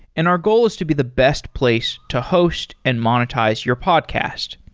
and our goal is to be the best place to host and monetize your podcast.